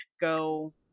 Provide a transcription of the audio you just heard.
Go